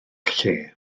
lle